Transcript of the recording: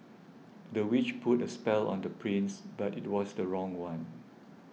the witch put a spell on the prince but it was the wrong one